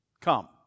come